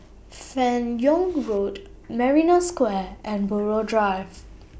fan Yoong Road Marina Square and Buroh Drive